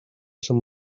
some